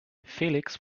felix